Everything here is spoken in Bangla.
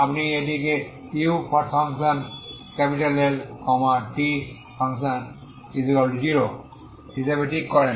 আপনি এটিকে uLt0 হিসাবে ঠিক করেন